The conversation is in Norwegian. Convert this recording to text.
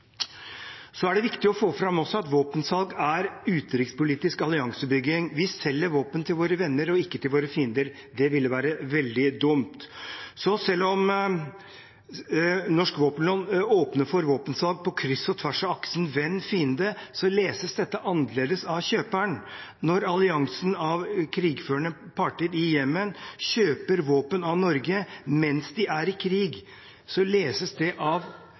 Så er det viktig også å få fram at våpensalg er utenrikspolitisk alliansebygging. Vi selger våpen til våre venner og ikke til våre fiender. Det ville være veldig dumt. Selv om norsk våpenlov åpner for våpensalg på kryss og tvers av aksen venn–fiende, leses dette annerledes av kjøperen. Når alliansen av krigførende parter i Jemen kjøper våpen av Norge mens de er i krig, leses det av